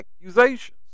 accusations